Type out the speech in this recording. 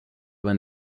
when